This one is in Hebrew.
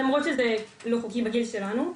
למרות שזה לא חוקי בגיל שלנו.